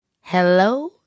Hello